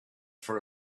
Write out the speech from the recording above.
for